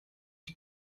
die